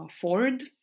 ford